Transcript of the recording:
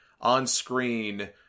on-screen